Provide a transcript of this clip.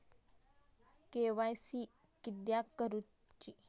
KYC किदयाक करूची?